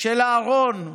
של אהרן.